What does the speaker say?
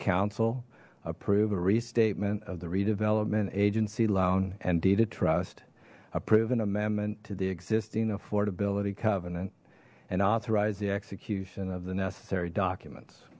council approve a restatement of the redevelopment agency loan and eda trust a proven amendment to the existing affordability covenant and authorize the execution of the necessary documents